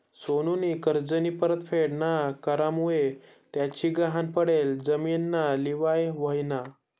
सोनूनी कर्जनी परतफेड ना करामुये त्यानी गहाण पडेल जिमीनना लिलाव व्हयना